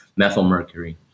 methylmercury